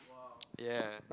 ya